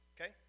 Okay